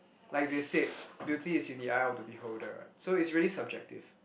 like they said beauty is in the eye of the beholder what so it's really subjective